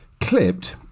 clipped